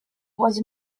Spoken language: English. was